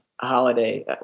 holiday